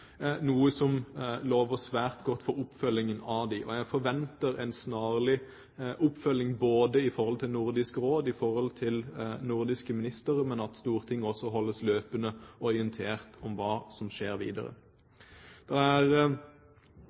noe som lover svært godt for oppfølgingen av dem. Og jeg forventer en snarlig oppfølging, både i forhold til Nordisk Råd og i forhold i nordiske ministre, og at Stortinget også holdes løpende orientert om hva som skjer videre. Det er